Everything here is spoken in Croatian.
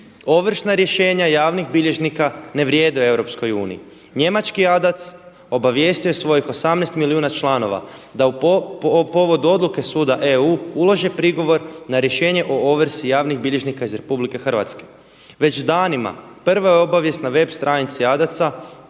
Ovršna rješenja javnih bilježnika ne vrijede u Europskoj uniji. Njemački Adac obavijestio je svojih 18 milijuna članova da povodom odluke Suda EU ulože prigovor na rješenje o ovrsi javnih bilježnika iz Republike Hrvatske. Već danima, prva je obavijest na web. stranici Adaca